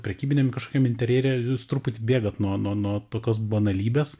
prekybiniam kažkokiam interjere ir jūs truputį bėgat nuo nuo nuo tokios banalybės